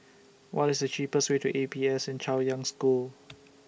What IS The cheapest Way to A P S N Chaoyang School